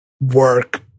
work